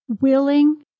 willing